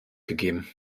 gegeben